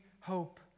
hope